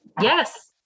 Yes